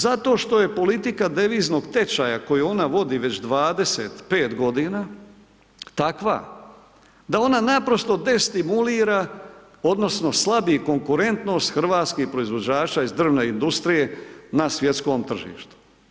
Zato što je politika deviznog tečaja koji ona vodi već 25 godina takva da ona naprosto destimulira odnosno slabi konkurentnost hrvatskih proizvođača iz drvne industrije na svjetskom tržištu.